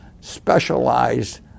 specialized